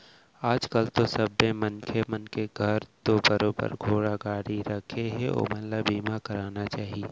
आज कल तो सबे मनखे मन के घर तो बरोबर गाड़ी घोड़ा राखें हें ओमन ल बीमा करवाना चाही